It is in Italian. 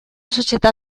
società